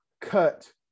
cut